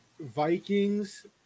Vikings